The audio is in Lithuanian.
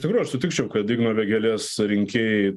tikrųjų aš sutikčiau kad igno vėgėlės rinkėjai